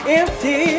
empty